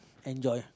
enjoy